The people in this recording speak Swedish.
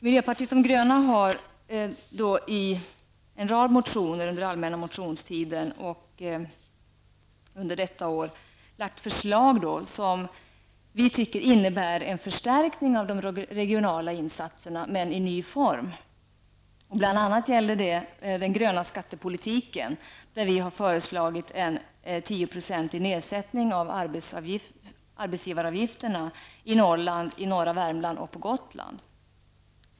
Miljöpartiet de gröna har i en rad motioner under allmänna motionstiden väckt förslag som vi anser innebär en förstärkning av de regionala insatserna, men i ny form. Bl.a. gäller det den gröna skattepolitiken, där vi har föreslagit en tioprocentig sänkning av arbetsgivaravgifterna i Norrland, i norra Värmland och på Gotland.